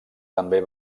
també